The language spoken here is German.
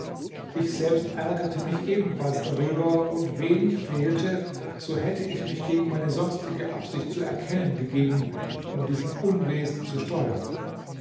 ich selbst ärgerte mich ebenfalls darüber und wenig fehlte so hätte ich mich gegen meine sonstige absicht zu erkennen gegeben um diesem unwesen zu steuern